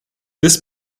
this